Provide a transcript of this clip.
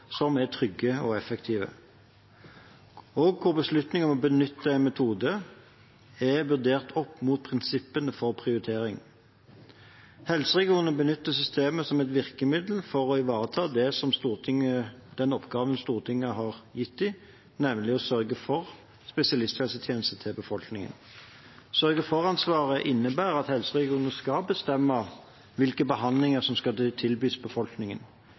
som er trygge og effektive, og hvor beslutningen om å benytte en metode er vurdert opp mot prinsippene for prioritering. Helseregionene benytter systemet som et virkemiddel for å ivareta den oppgaven Stortinget har gitt dem, nemlig å sørge for spesialisthelsetjenester til befolkningen. Sørge-for-ansvaret innebærer at helseregionene skal bestemme hvilke behandlinger som skal tilbys befolkningen.